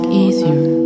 easier